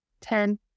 Ten